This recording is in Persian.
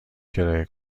کرایه